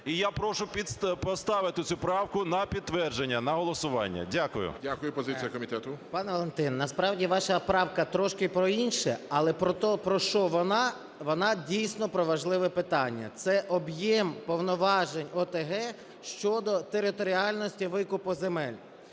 І я прошу поставити цю правку на підтвердження, на голосування. Дякую. ГОЛОВУЮЧИЙ. Дякую. Позиція комітету. 11:47:13 СОЛЬСЬКИЙ М.Т. Пан Валентин, насправді, правка трошки про інше, але про що вона, вона, дійсно, про важливе питання – це об'єм повноважень ОТГ щодо територіальності викупу земель.